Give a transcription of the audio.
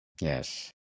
Yes